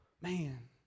man